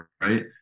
right